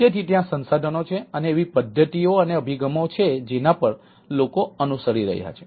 તેથી ત્યાં સંશોધનો છે અને એવી પદ્ધતિઓ અને અભિગમો છે જેના પર લોકો અનુસરી રહ્યા છે